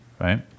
right